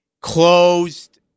closed